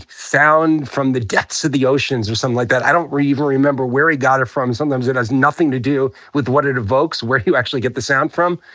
sound from the depths of the oceans or something like that. i don't even remember where he got it from. sometimes it has nothing to do with what it evokes, where you actually get the sound from.